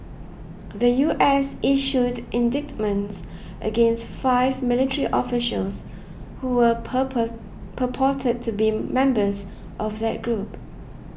the U S issued indictments against five military officials who were purport purported to be members of that group